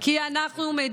ואני